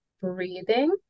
breathing